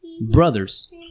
Brothers